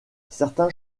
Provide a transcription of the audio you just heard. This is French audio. certains